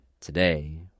today